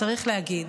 צריך להגיד